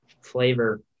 flavor